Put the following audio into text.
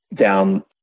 down